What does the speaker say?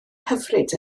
hyfryd